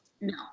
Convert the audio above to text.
No